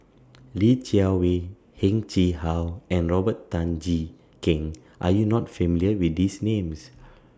Li Jiawei Heng Chee How and Robert Tan Jee Keng Are YOU not familiar with These Names